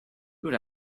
good